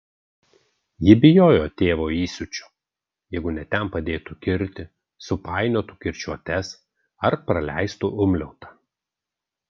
ji bijojo tėvo įsiūčio jeigu ne ten padėtų kirtį supainiotų kirčiuotes ar praleistų umliautą